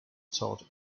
taught